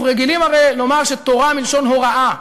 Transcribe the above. אנחנו רגילים הרי לומר שתורה מלשון הוראה,